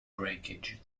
breakage